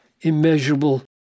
immeasurable